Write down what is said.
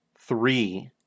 three